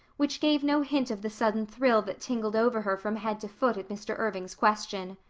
which gave no hint of the sudden thrill that tingled over her from head to foot at mr. irving's question.